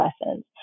lessons